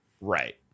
right